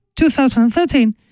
2013